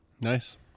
Nice